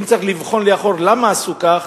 אם צריך לבחון לאחור למה עשו כך,